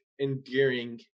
endearing